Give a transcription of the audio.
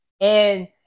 and-